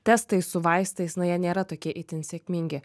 testai su vaistais na jie nėra tokie itin sėkmingi